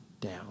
down